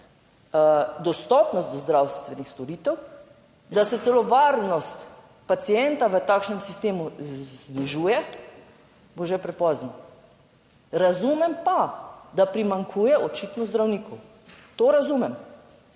dostopnost do zdravstvenih storitev, da se celo varnost pacienta v takšnem sistemu znižuje, bo že prepozno. Razumem pa, da primanjkuje očitno zdravnikov, to razumem,